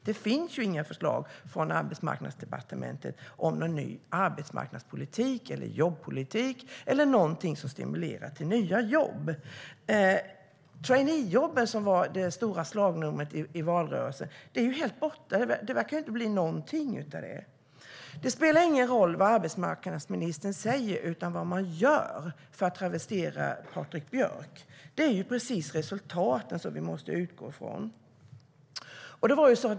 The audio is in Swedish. Det finns inga förslag från Arbetsmarknadsdepartementet om någon ny arbetsmarknadspolitik, jobbpolitik eller någonting som stimulerar till nya jobb. Traineejobben var det stora slagnumret i valrörelsen. De är helt borta, och det verkar inte bli någonting av dem. Det spelar ingen roll vad arbetsmarknadsministern säger utan det handlar om vad man gör, för att travestera Patrik Björck. Det är precis resultaten som vi måste utgå från.